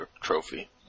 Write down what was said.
trophy